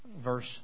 verse